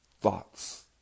Thoughts